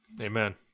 Amen